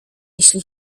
jeśli